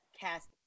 cast